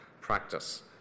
practice